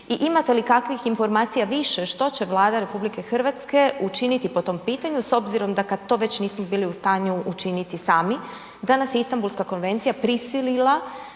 i imate li kakvih informacija više što će Vlada učiniti po tom pitanju s obzirom da kad to već nismo bili u stanju učiniti sami, da nas Istanbulska konvencija prisilila